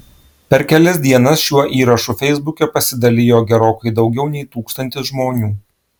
per kelias dienas šiuo įrašu feisbuke pasidalijo gerokai daugiau nei tūkstantis žmonių